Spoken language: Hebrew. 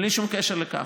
בלי שום קשר לכך,